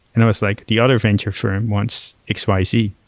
and i was like, the other venture firm wants x, y, z.